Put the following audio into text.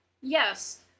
yes